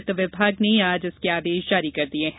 वित्त विभाग ने आज इसके आदेश जारी कर दिये हैं